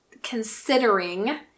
considering